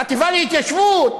החטיבה להתיישבות,